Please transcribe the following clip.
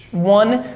one,